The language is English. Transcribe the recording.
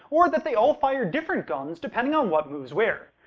or that they all fired different guns, depending on what moves where.